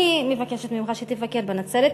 אני מבקשת ממך שתבקר בנצרת,